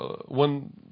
one